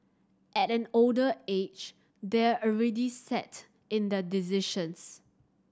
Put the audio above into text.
at an older age they're already set in their decisions